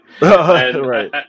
right